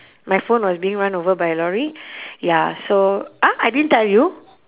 my phone was being run over by a lorry ya so !huh! I didn't tell you